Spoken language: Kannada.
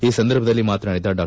ಈ ಸಂದರ್ಭದಲ್ಲಿ ಮಾತನಾಡಿದ ಡಾ